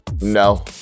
No